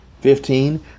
Fifteen